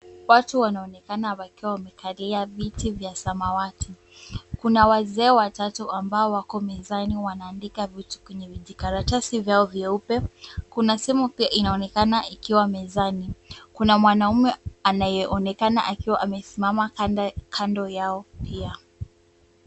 Watu wanaonekana wakiwa wamekalia viti vya samawati. Kuna wazee watatu ambao wako mezani wanaandika vitu kwenye vijikaratasi vyao vyeupe. Kuna simu pia inaonekana ikiwa mezani. Kuna mwanaume anayeonekana akiwa amesimama kando yao pia.